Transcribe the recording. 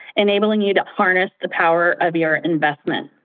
enabling you to harness the power of your investment.